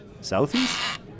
Southeast